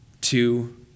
two